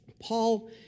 Paul